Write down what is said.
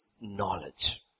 knowledge